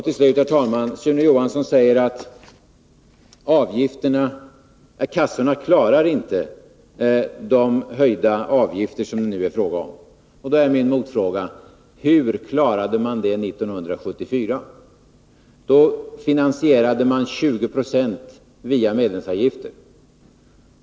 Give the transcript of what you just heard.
Till slut, herr talman: Sune Johansson säger att kassorna inte klarar de höjda avgifter som det nu är fråga om. Då är min fråga: Hur klarade man det 1974? Då finansierade man 20 26 via medlemsavgiften.